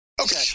okay